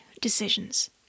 decisions